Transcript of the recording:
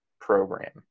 Program